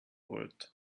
word